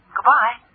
Goodbye